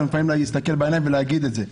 לפעמים להסתכל בעיניים ולהגיד את זה.